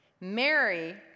Mary